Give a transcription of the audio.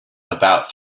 about